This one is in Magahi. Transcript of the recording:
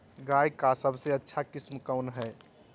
गाय का सबसे अच्छा किस्म कौन हैं?